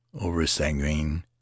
over-sanguine